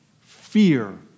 Fear